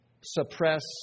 suppress